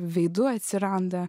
veidų atsiranda